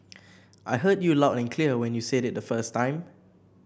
I heard you loud and clear when you said it the first time